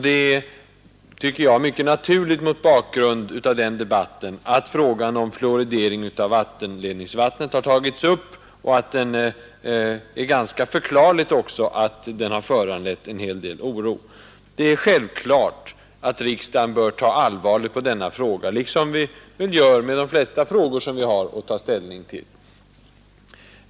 Det är, tycker jag, mycket naturligt mot bakgrund av den debatten, att frågan om fluoridering av vattenledningsvatten har tagits upp, och att den har föranlett en hel del oro. Det är självklart att riksdagen bör ta allvarligt på denna fråga, liksom vi gör med de flesta frågor vi har att ta ställning till.